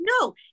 No